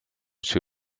się